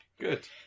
Good